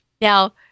Now